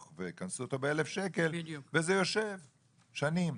וקנסו אותו ב-1,000 שקלים וזה יושב שנים.